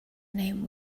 name